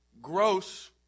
gross